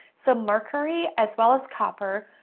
so, mercury as well as copper,